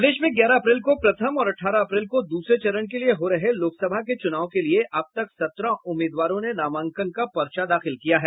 प्रदेश में ग्यारह अप्रैल को प्रथम और अठारह अप्रैल को दूसरे चरण के लिए हो रहे लोकसभा के चुनाव के लिये अब तक सत्रह उम्मीदवारों ने नामांकन का पर्चा दाखिल किया है